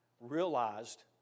realized